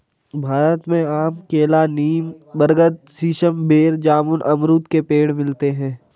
भारत में आम केला नीम बरगद सीसम बेर जामुन अमरुद के पेड़ मिलते है